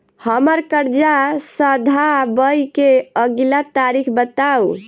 हम्मर कर्जा सधाबई केँ अगिला तारीख बताऊ?